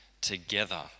together